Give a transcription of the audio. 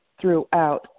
throughout